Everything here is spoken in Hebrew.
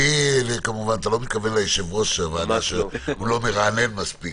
אתה כמובן לא מתכוון ליושב-ראש הוועדה שהוא לא מרענן מספיק.